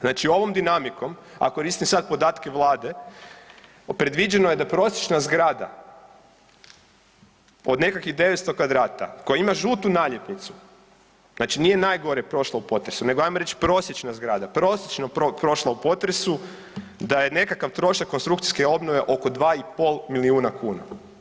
Znači ovom dinamikom, a koristim sad podatke Vlade predviđeno je da prosječna zgrada od nekakvih 900 kvadrata koja ima žutu naljepnicu, znači nije najgore prošla u potresu nego ajmo reći prosječna zgrada, prosječno prošla u potresu da je nekakav trošak konstrukcijske obnove oko 2,5 milijuna kuna.